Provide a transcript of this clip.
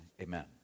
amen